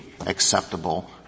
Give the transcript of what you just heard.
acceptable